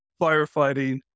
firefighting